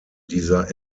dieser